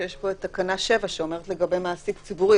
שיש פה את תקנה 7 שאומרת לגבי מעסיק ציבורי,